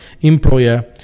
employer